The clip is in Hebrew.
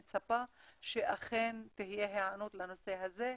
אני מצפה שאכן תהיה היענות לנושא הזה.